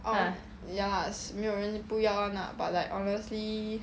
orh yes 没有人不要 [one] lah but like honestly